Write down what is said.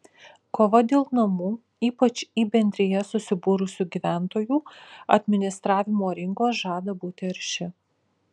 kova dėl namų ypač į bendrijas susibūrusių gyventojų administravimo rinkos žada būti arši